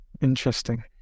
Interesting